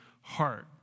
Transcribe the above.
heart